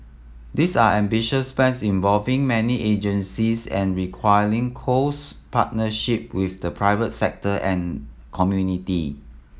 these are ambitious plans involving many agencies and requiring close partnership with the private sector and community